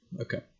Okay